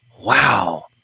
Wow